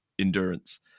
Endurance